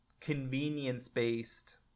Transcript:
convenience-based